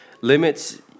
limits